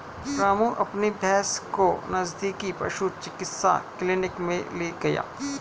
रामू अपनी भैंस को नजदीकी पशु चिकित्सा क्लिनिक मे ले गया